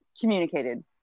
communicated